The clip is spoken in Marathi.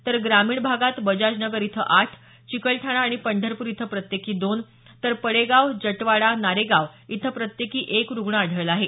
तर ग्रामीण भागात बजाज नगर इथं आठ चिकलठाणा आणि पंढरपूर इथं प्रत्येकी दोन तर पडेगाव जटवाडा नारेगाव इथं प्रत्येकी एक रुग्ण आढळला आहे